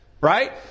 Right